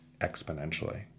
exponentially